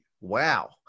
Wow